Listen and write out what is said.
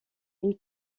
une